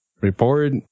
report